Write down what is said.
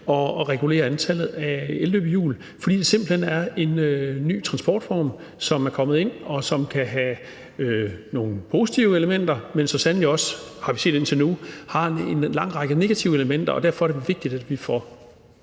at regulere antallet af elløbehjul, fordi det simpelt hen er en ny transportform, som er kommet ind, og som kan have nogle positive elementer, men som så sandelig også, har vi set indtil nu, har en lang række negative elementer. Og derfor er det vigtigt, at vi får